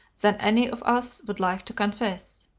than any of us would like to confess.